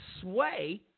sway